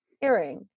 hearing